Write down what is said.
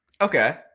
Okay